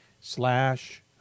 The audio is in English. slash